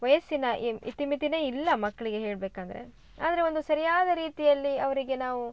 ವಯಸ್ಸಿನ ಇತಿಮಿತಿನೇ ಇಲ್ಲ ಮಕ್ಕಳಿಗೆ ಹೇಳಬೇಕಂದ್ರೆ ಆದರೆ ಒಂದು ಸರಿಯಾದ ರೀತಿಯಲ್ಲಿ ಅವರಿಗೆ ನಾವು